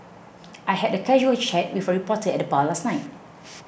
I had a casual chat with a reporter at the bar last night